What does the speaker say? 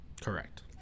Correct